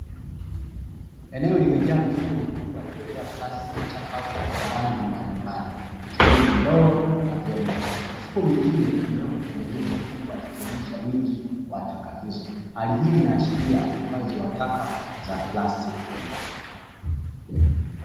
Eneo limejaa mifuko mikubwa; iliyojaa plastiki chakavu za rangi mbalimbali ikiwemo ndoo na vyombo. Mifuko mingine imewekwa kwenye rundo kubwa, ikionyesha wingi wa taka hizo; hali hii inaashiria uhifadhi wa taka za plastiki.